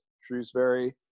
Shrewsbury